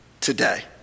today